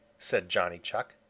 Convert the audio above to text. said johnny chuck.